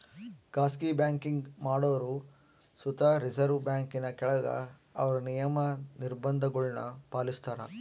ಖಾಸಗಿ ಬ್ಯಾಂಕಿಂಗ್ ಮಾಡೋರು ಸುತ ರಿಸರ್ವ್ ಬ್ಯಾಂಕಿನ ಕೆಳಗ ಅವ್ರ ನಿಯಮ, ನಿರ್ಭಂಧಗುಳ್ನ ಪಾಲಿಸ್ತಾರ